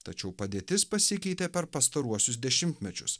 tačiau padėtis pasikeitė per pastaruosius dešimtmečius